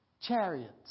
chariots